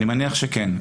אני מניח שכן,